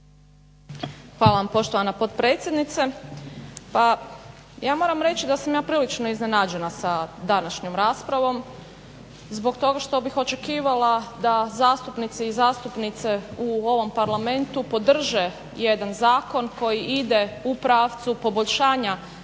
Hvala vam poštovana potpredsjednice. Pa ja moram reći da sam ja prilično iznenađena sa današnjom raspravom zbog toga što bih očekivala da zastupnici i zastupnice u ovom parlamentu podrže jedan zakon koji ide u pravcu poboljšanja